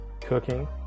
cooking